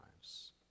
lives